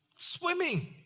Swimming